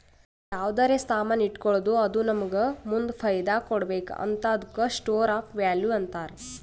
ಯಾವ್ದರೆ ಸಾಮಾನ್ ಇಟ್ಗೋಳದ್ದು ಅದು ನಮ್ಮೂಗ ಮುಂದ್ ಫೈದಾ ಕೊಡ್ಬೇಕ್ ಹಂತಾದುಕ್ಕ ಸ್ಟೋರ್ ಆಫ್ ವ್ಯಾಲೂ ಅಂತಾರ್